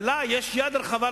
ולה יש יד רחבה,